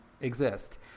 exist